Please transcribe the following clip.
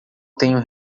tenho